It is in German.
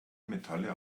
metalle